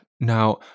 Now